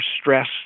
stress